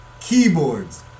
keyboards